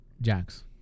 Jax